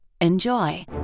Enjoy